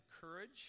courage